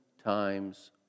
times